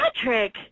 Patrick